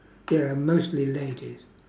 ya mostly ladies